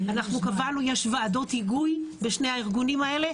יש ועדות היגוי בשני הארגונים האלה,